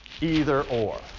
Either-or